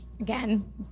Again